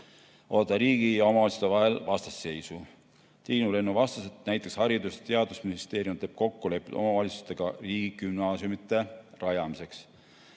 olnud riigi ja omavalitsuste vahel vastasseisu. Triinu Rennu vastas, et näiteks Haridus- ja Teadusministeerium teeb kokkuleppeid omavalitsustega riigigümnaasiumide rajamiseks.